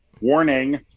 Warning